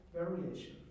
variation